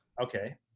Okay